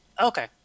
Okay